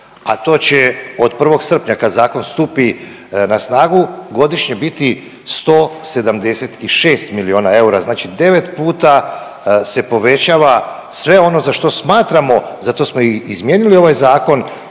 a to će od 1. srpnja kad zakon stupi na snagu godišnje biti 176 miliona eura, znači 9 puta se povećava sve ono za što smatramo, zato smo i izmijenili ovaj zakon